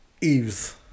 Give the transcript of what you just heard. Eve's